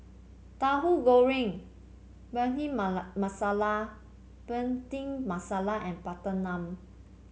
Tahu Goreng masala Bhindi Masala and butter naan